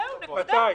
זהו, נקודה.